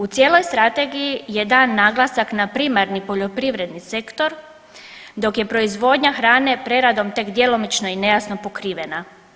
U cijeloj strategiji je dan naglasak na primarni poljoprivredni sektor dok je proizvodnja hrane preradom tek djelomično i nejasno pokrivena.